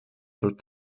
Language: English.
through